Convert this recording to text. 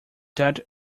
that